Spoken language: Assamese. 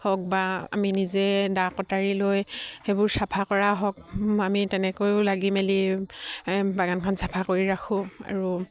হওক বা আমি নিজে দা কটাৰী লৈ সেইবোৰ চাফা কৰা হওক আমি তেনেকৈয়েও লাগি মেলি বাগানখন চাফা কৰি ৰাখোঁ আৰু